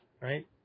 right